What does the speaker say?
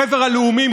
בחבר הלאומים,